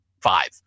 five